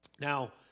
Now